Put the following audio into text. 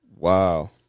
Wow